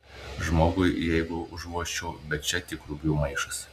žmogui jeigu užvožčiau bet čia tik rugių maišas